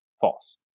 false